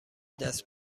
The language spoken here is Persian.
دست